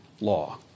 law